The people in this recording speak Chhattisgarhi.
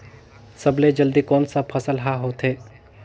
सबले जल्दी कोन सा फसल ह होथे?